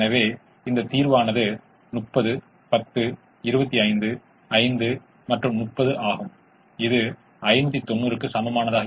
எனவே இது சாத்தியமாகும் புறநிலை செயல்பாடு 21x6 24x5 இது எங்களுக்கு 246 தரும்